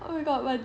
oh my god what